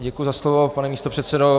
Děkuji za slovo, pane místopředsedo.